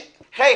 הי,